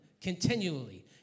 continually